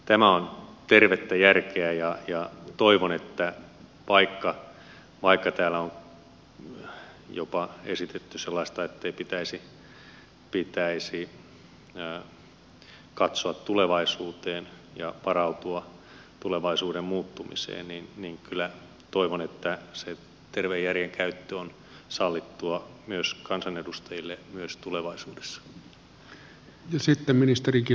tämä on tervettä järkeä ja toivon että vaikka täällä on esitetty jopa sellaista ettei pitäisi katsoa tulevaisuuteen ja varautua tulevaisuuden muuttumiseen niin kyllä toivon että se terveen järjen käyttö on sallittua myös kansanedustajille myös tulevaisuudessa